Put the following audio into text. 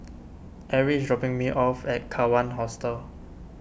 Arrie is dropping me off at Kawan Hostel